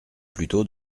plutôt